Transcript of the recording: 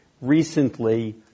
recently